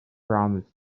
promised